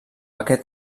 aquest